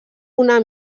una